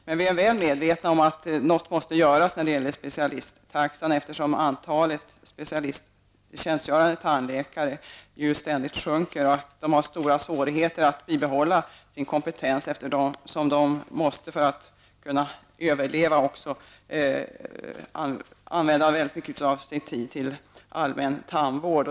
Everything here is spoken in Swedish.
Men vi är väl medvetna om att något måste göras när det gäller specialisttaxan, eftersom antalet specialisttjänstgörande tandläkare ständigt sjunker. Dessa tandläkare har stora svårigheter att bibehålla sin kompetens, eftersom de för att kunna överleva måste använda mycket av sin tid till allmän tandvård.